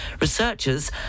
researchers